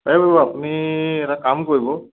তাইবোলো আপুনি এটা কাম কৰিব